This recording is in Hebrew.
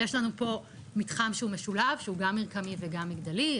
יש לנו פה מתחם שהוא משולב שהוא גם מרקמי וגם מגדלי,